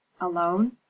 Alone